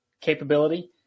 capability